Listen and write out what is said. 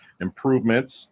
improvements